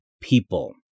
people